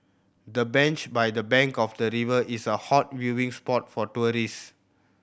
the bench by the bank of the river is a hot viewing spot for tourist